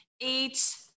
eight